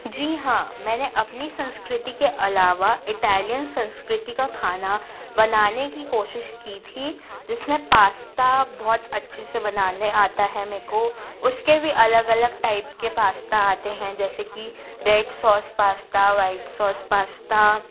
जी हाँ मैंने अपनी संस्कृति के अलावा इटालियन संस्कृति का खाना बनाने की कोशिश की थी जिस में पास्ता बहुत अच्छे से बनाने आता है मे को उसके भी अलग अलग टाइप के पास्ता आते हैं जैसे कि red sauce pasta white sauce pasta